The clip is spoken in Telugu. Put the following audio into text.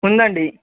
ఉందండి